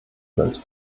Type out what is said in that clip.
sind